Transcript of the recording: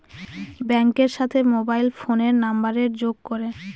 ব্যাঙ্কের সাথে মোবাইল ফোনের নাম্বারের যোগ করে